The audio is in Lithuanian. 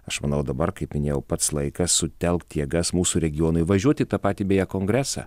aš manau dabar kaip minėjau pats laikas sutelkti jėgas mūsų regionui važiuoti į tą patį beje kongresą